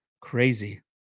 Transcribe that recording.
Crazy